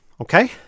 okay